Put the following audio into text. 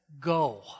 go